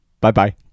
Bye-bye